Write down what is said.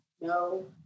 No